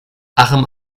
achim